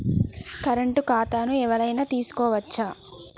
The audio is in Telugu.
కరెంట్ ఖాతాను ఎవలైనా తీసుకోవచ్చా?